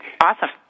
Awesome